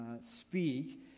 speak